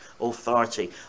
authority